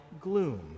gloom